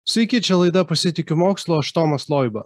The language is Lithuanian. sveiki čia laida pasitikiu mokslu aš tomas loiba